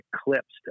eclipsed